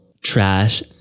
trash